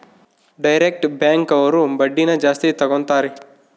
direct bank ಅವ್ರು ಬಡ್ಡಿನ ಜಾಸ್ತಿ ತಗೋತಾರೆ